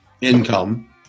income